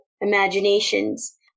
imaginations